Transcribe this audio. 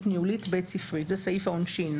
ניהולית בית ספרית"; זה סעיף העונשין.